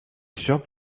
shop